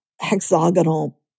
hexagonal